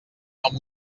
amb